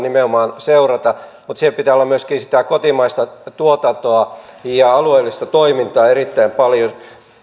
nimenomaan seurata mutta siellä pitää olla myöskin sitä kotimaista tuotantoa ja alueellista toimintaa erittäin paljon